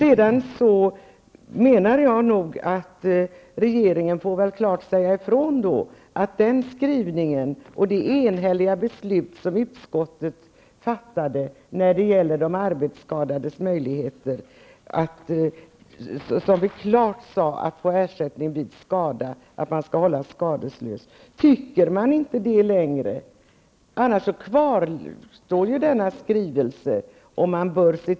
Jag menar att regeringen klart bör säga ifrån i fråga om skrivningen och det enhälliga uttalande som utskottet har gjort om den arbetsskadades möjlighet att få ersättning vid skada, dvs. hållas skadelös, om man inte längre delar den uppfattningen, för annars kvarstår ju denna skrivning.